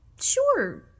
Sure